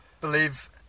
Believe